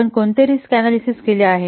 आपण कोणते risk analysis केले आहे